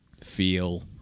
feel